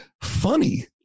funny